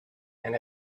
and